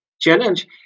challenge